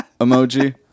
emoji